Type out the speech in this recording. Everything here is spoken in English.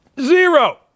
Zero